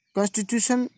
Constitution